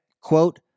quote